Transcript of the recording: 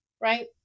right